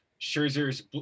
Scherzer's